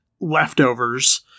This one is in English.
leftovers